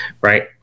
Right